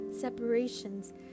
separations